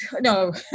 No